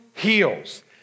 heals